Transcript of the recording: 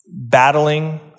battling